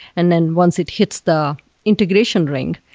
and then once it hits the integration ring,